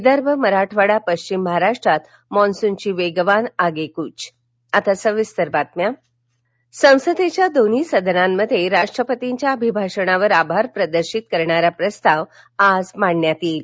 विदर्भ मराठवाडा पश्चिम महाराष्ट्रात मान्सूनची वेगवान आगेक्रच राष्टपती संसदेच्या दोन्ही सदनांमध्ये राष्ट्रपतींच्या अभिभाषणावर आभार प्रदर्शित करणारा प्रस्ताव आज मांडण्यात येईल